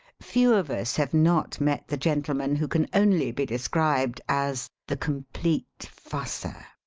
few of us have not met the gentleman who can only be described as the complete fusser.